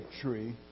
tree